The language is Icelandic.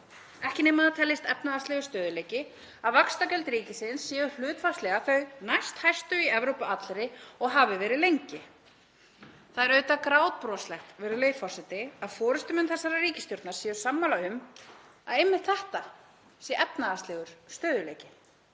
ekki nema það teljist efnahagslegur stöðugleiki að vaxtagjöld ríkisins séu hlutfallslega þau næsthæstu í Evrópu allri og hafa verið lengi. Það er auðvitað grátbroslegt, virðulegi forseti, að forystumenn þessarar ríkisstjórnar séu sammála um að einmitt þetta sé efnahagslegur stöðugleiki.